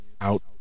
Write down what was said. out